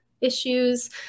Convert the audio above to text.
issues